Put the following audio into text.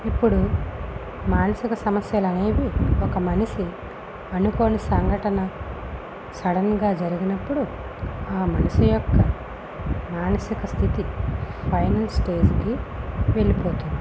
ఇప్పుడు మానసిక సమస్యలు అనేవి ఒక మనిషి అనుకోని సంఘటన సడన్గా జరిగినప్పుడు ఆ మనిషి యొక్క మానసిక స్థితి ఫైనల్ స్టేజ్కి వెళ్ళిపోతుంది